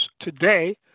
today